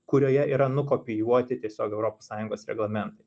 kurioje yra nukopijuoti tiesiog europos sąjungos reglamentai